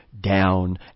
down